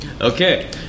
okay